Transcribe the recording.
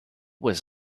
was